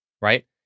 right